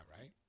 right